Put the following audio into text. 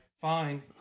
fine